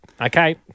Okay